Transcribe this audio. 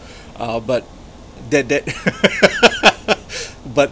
uh but that that but